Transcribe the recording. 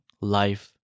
life